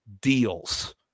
deals